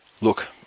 Look